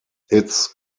its